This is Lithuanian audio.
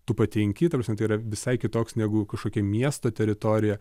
tu patenki ta prasme tai yra visai kitoks negu kažkokia miesto teritorija